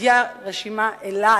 הגיעה אלי